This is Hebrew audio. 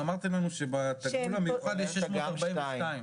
אמרתם לנו שבתגמול המיוחד יש 642 אנשים.